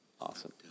awesome